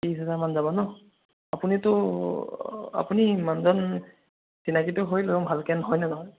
ত্ৰিশ হাজাৰ মান যাব ন আপুনিটো আপুনি মানুহজন চিনাকিটো হৈ লওঁ ভালকে হয়নে নহয়